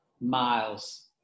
Miles